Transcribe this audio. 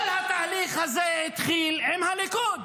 כל התהליך הזה התחיל עם הליכוד.